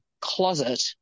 closet